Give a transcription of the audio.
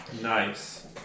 Nice